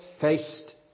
faced